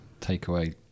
takeaway